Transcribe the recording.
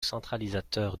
centralisateur